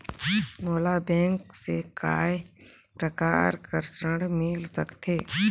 मोला बैंक से काय प्रकार कर ऋण मिल सकथे?